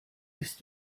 ist